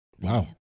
Wow